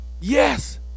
Yes